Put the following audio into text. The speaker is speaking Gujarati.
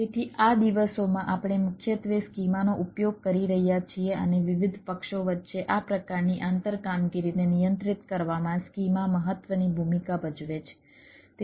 તેથી આ દિવસોમાં આપણે મુખ્યત્વે સ્કીમાનો ઉપયોગ કરી રહ્યા છીએ અને વિવિધ પક્ષો વચ્ચે આ પ્રકારની આંતર કામગીરીને નિયંત્રિત કરવામાં સ્કીમા મહત્વની ભૂમિકા ભજવે છે